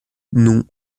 non